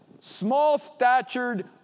small-statured